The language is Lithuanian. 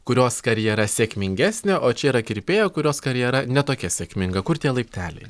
kurios karjera sėkmingesnė o čia yra kirpėja kurios karjera ne tokia sėkminga kur tie laipteliai